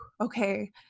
okay